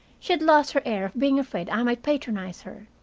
she had lost her air of being afraid i might patronize her,